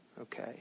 Okay